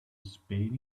spade